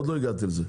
עוד לא הגעתי לזה.